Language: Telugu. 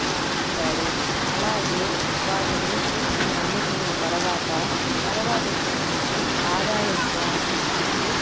చూసి ఉంటాడు అలాగే వాటిని తీసుకొని అమ్ముకున్న తరువాత తరువాత వచ్చేసి ఆదాయం పోను తనకి